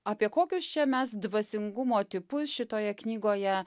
apie kokius čia mes dvasingumo tipus šitoje knygoje